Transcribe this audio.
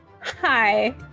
Hi